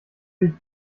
dich